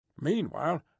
Meanwhile